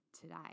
today